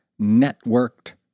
networked